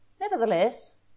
Nevertheless